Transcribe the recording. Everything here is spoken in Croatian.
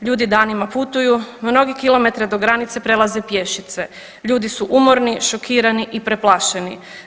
Ljudi danima putuju, mnogi kilometre do granice prelaze pješice, ljudi su umorni, šokirani i preplašeni.